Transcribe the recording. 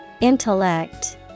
Intellect